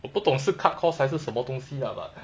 我不懂是 cut cost 还是什么东西 lah but